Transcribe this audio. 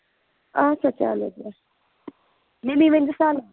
اَچھا چلو بیہہ مٔمی ؤنۍ زِ سَلام